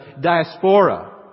diaspora